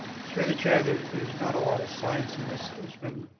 assure the chair there's there's not a lot of science in this. there's been,